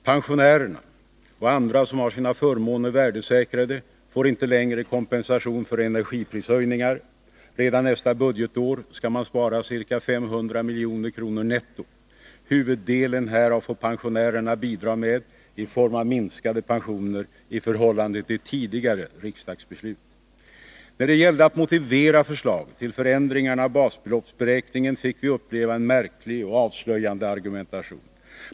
Pensionärerna och andra som har sina förmåner värdesäkrade får inte längre kompensation för energiprishöjningar. Redan nästa budgetår skall man spara ca 500 milj.kr. netto. Huvuddelen härav får pensionärerna bidra med i form av minskade pensioner i förhållande till tidigare riksdagsbeslut. När det gällde att motivera förslaget till förändringarna av basbeloppsberäkningen fick vi uppleva en märklig och avslöjande argumentation.